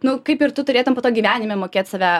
nu kaip ir tu turėtum po to gyvenime mokėt save